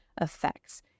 effects